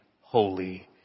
holy